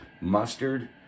mustard